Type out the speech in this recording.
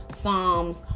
Psalms